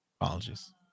Apologies